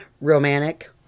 Romantic